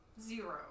Zero